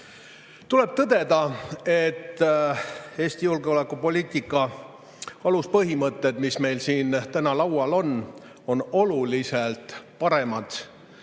Tuleb tõdeda, et Eesti julgeolekupoliitika aluspõhimõtted, mis meil täna laual on, on oluliselt paremad,